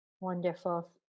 wonderful